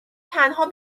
تنها